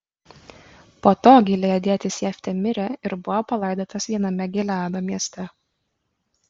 po to gileadietis jeftė mirė ir buvo palaidotas viename gileado mieste